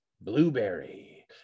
Blueberry